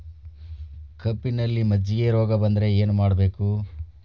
ಕಬ್ಬಿನಲ್ಲಿ ಮಜ್ಜಿಗೆ ರೋಗ ಬಂದರೆ ಏನು ಮಾಡಬೇಕು?